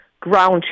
ground